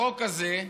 החוק הזה,